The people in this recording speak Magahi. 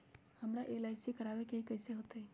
हमरा एल.आई.सी करवावे के हई कैसे होतई?